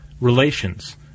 relations